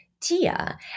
Tia